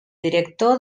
director